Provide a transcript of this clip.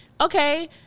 Okay